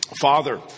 Father